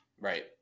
Right